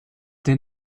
der